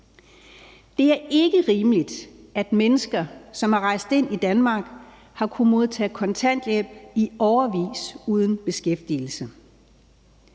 Det er ikke rimeligt, at mennesker, som er rejst ind i Danmark, har kunnet modtage kontanthjælp i årevis uden at være i beskæftigelse.